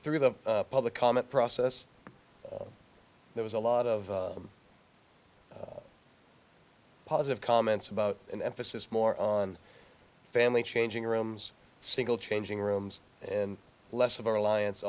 through the public comment process there was a lot of positive comments about an emphasis more on family changing rooms single changing rooms and less of a reliance